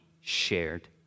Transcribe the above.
shared